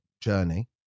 journey